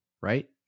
right